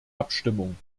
abstimmung